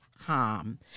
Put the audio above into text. Harm